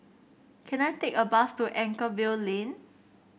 can I take a bus to Anchorvale Lane